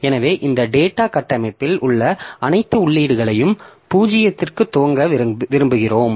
எனவே இந்த டேட்டா கட்டமைப்பில் உள்ள அனைத்து உள்ளீடுகளையும் 0 க்கு துவக்க விரும்புகிறோம்